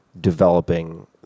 developing